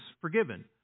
forgiven